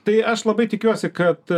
tai aš labai tikiuosi kad